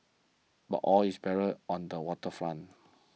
but all is barren on the Water Front